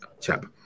chap